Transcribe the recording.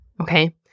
Okay